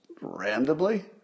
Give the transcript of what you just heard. randomly